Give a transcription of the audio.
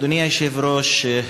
אדוני היושב-ראש,